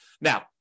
Now